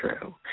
true